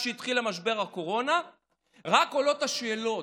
התחיל משבר הקורונה רק עולות השאלות.